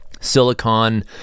silicon